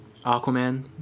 Aquaman